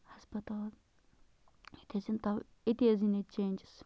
ہسپتال ییٚتہِ حظ یِنۍ تو أتی حظ یِنۍ ییٚتہِ چینٛجٕس